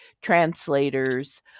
translators